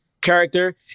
character